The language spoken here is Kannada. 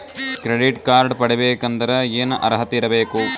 ಕ್ರೆಡಿಟ್ ಕಾರ್ಡ್ ಪಡಿಬೇಕಂದರ ಏನ ಅರ್ಹತಿ ಇರಬೇಕು?